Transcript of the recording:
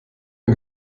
ein